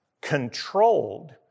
controlled